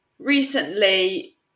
recently